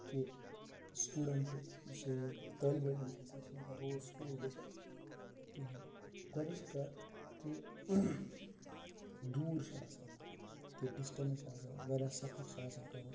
کہِ سٹوٗڈَنٹ یُس سا یہِ طٲلبہٕ علِم چھِ آسان یہِ چھِنہٕ ہٮ۪کان روز سکوٗل گٔژھِتھ کِہیٖنۍ گۄڈنِچی کَتھ کہِ دوٗر چھِ آسان کہِ ڈِسٹنٕس چھِ آسان واریاہ سفر چھِ آسان کَرُن